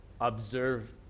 observe